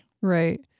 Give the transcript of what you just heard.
Right